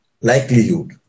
likelihood